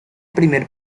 primer